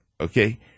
okay